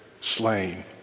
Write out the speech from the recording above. slain